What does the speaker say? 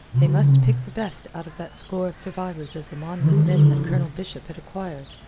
they must pick the best out of that score of survivors of the monmouth men that colonel bishop had acquired.